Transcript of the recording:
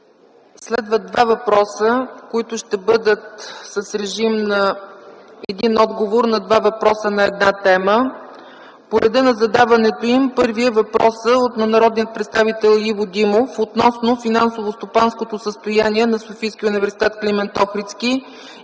Следват два въпроса, които ще бъдат с режим на един отговор на два въпроса, на една тема. По реда на задаването им, първият въпрос е от народния представител Иво Димов относно финансово-стопанското състояние на СУ „Св. Климент Охридски” и